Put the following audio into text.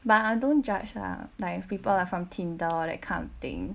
but I don't judge lah like if people are from tinder or that kind of thing